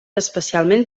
especialment